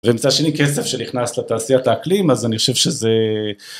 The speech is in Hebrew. ומצד שני כסף שנכנס לתעשיית האקלים אז אני חושב שזה...